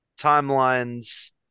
Timelines